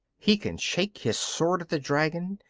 he can shake his sword at the dragon,